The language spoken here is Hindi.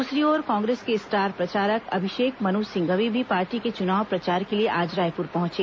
दूसरी ओर कांग्रेस के स्टार प्रचारक अभिषेक मनु सिंघवी भी पार्टी के चुनाव प्रचार के लिए आज रायपुर पहुंचे